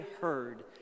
heard